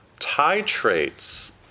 titrates